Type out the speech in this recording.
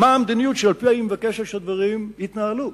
ולומר מה המדיניות שעל-פיה היא מבקשת שהדברים יתנהלו.